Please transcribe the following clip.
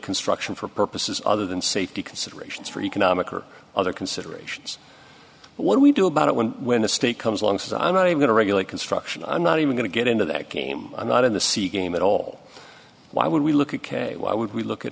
construction for purposes other than safety considerations for economic or other considerations what we do about it when when the state comes along says i'm not going to regulate construction i'm not even going to get into that game i'm not in the sea game at all why would we look at k why would we look at